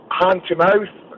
hand-to-mouth